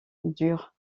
durs